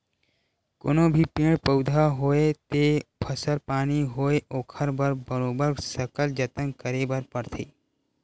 कोनो भी पेड़ पउधा होवय ते फसल पानी होवय ओखर बर बरोबर सकल जतन करे बर परथे